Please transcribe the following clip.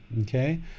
okay